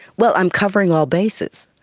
well, i'm covering all bases.